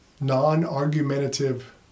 non-argumentative